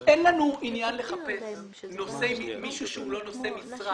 לנו עניין לחפש מישהו שהוא לא נושא משרה